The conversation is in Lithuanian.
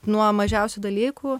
nuo mažiausių dalykų